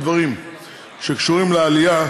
כולל העומד בראשו.